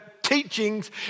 teachings